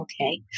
Okay